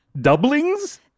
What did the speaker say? Doublings